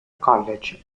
college